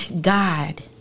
God